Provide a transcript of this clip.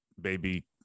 baby